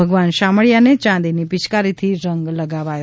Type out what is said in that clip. ભગવાન શામળિયાને ચાંદીની પિયકારીથી રંગ લગાવાયો